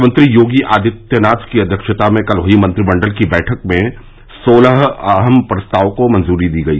मुख्यमंत्री योगी आदित्यनाथ की अध्यक्षता में कल हुई मंत्रिमंडल की बैठक में सोलह अहम प्रस्तावों को मंजूरी दी गई